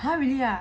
!huh! really ah